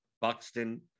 Buxton